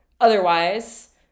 otherwise